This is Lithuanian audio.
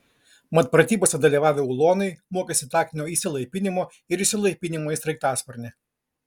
mat pratybose dalyvavę ulonai mokėsi taktinio įsilaipinimo ir išsilaipinimo į sraigtasparnį